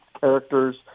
characters